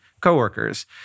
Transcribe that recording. co-workers